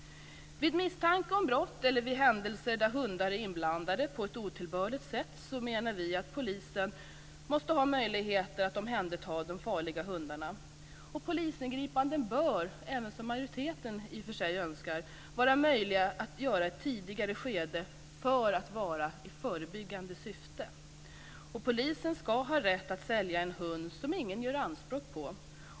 Vid misstanke om brott eller vid händelse där hundar är inblandade på ett otillbörligt sätt måste polisen, menar vi, ha möjlighet att omhänderta de farliga hundarna. Polisingripanden bör, som även majoriteten i och för sig önskar, vara möjliga att göra i ett tidigare skede, i förebyggande syfte. Polisen ska ha rätt att sälja en hund som ingen gör anspråk på.